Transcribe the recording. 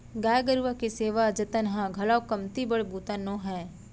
गाय गरूवा के सेवा जतन ह घलौ कमती बड़ बूता नो हय